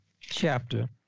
chapter